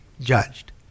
judged